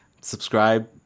Subscribe